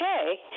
okay